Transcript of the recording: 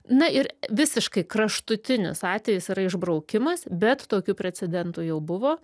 na ir visiškai kraštutinis atvejis yra išbraukimas bet tokių precedentų jau buvo